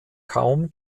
kaum